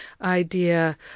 idea